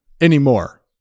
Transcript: Anymore